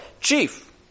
Chief